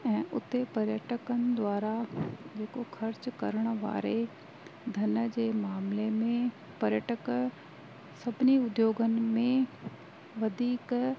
ऐं उते पर्यटकनि द्वारा जेको ख़र्चु करण वारे धन जे मामले में पर्यटक सनीभि उद्योगनि में वधीक